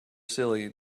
silly